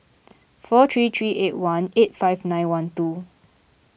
four three three eight one eight five nine one two